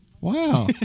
Wow